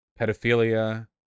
pedophilia